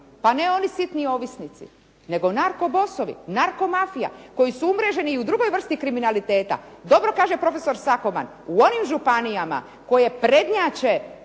Pa ne oni sitni ovisnici, nego narkobossovima, narkomafija koji su umreženi i u drugoj vrsti kriminaliteta. Dobro kaže profesor Sakoman, u onim županijama koje prednjače